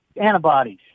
antibodies